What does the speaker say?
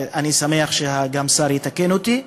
אני אשמח שהשר יתקן אותי,